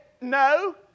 No